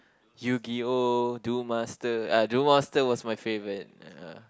Yu-Gi-Oh Duel Master ah Duel Master was my favourite ah